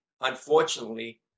unfortunately